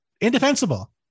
Indefensible